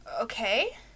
Okay